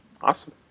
Awesome